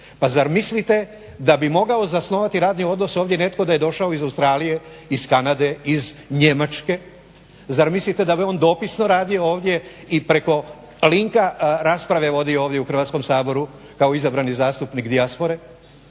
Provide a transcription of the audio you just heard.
Pa zar mislite da bi mogao zasnovati radni odnos ovdje netko da je došao iz Australije, iz Kanade, iz Njemačke. Zar mislite da bi on dopisno radio ovdje i preko linka rasprave vodio ovdje u Hrvatskom saboru kao izabrani zastupnik dijaspore?